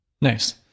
Nice